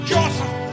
Joseph